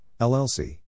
LLC